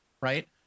right